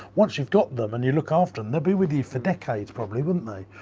once you've got them and you look after them, they'll be with you for decades, probably, wouldn't they?